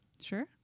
Sure